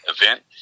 event